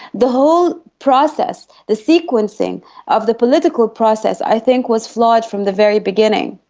the whole process, the sequencing of the political process i think was flawed from the very beginning.